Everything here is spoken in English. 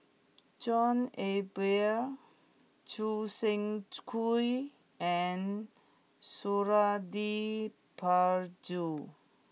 John Eber Choo Seng Quee and Suradi Parjo